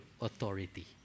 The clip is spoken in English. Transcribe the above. authority